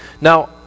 Now